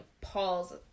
Paul's